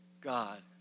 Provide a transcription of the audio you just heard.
God